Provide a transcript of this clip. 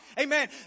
Amen